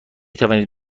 توانید